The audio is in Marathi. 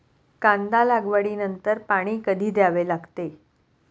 कांदा लागवडी नंतर पाणी कधी द्यावे लागते?